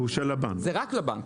זה רק לבנק.